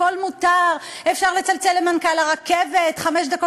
הכול מותר: אפשר לצלצל למנכ"ל הרכבת חמש דקות